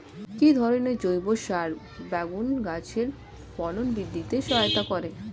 কি ধরনের জৈব সার বেগুন গাছে ফলন বৃদ্ধিতে সহায়তা করে?